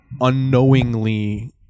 unknowingly